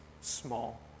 small